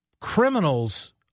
criminals